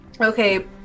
Okay